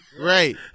Right